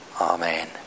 Amen